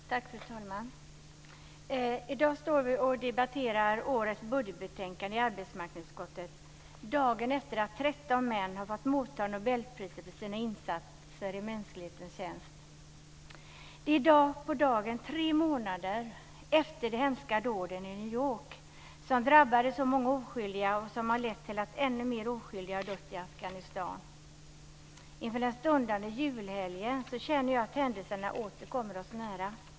Fru talman! I dag står vi och debatterar årets budgetbetänkande när det gäller arbetsmarknadsutskottet, dagen efter att 13 män har fått ta emot Nobelpriset för sina insatser i mänsklighetens tjänst. Det är i dag på dagen tre månader efter de hemska dåden i New York som drabbade så många oskyldiga och som har lett till att ännu fler oskyldiga har dött i Inför den stundande julhelgen känner jag att händelserna åter kommer oss nära.